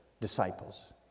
disciples